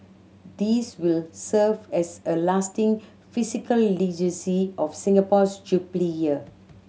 these will serve as a lasting physical of Singapore's Jubilee Year